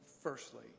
firstly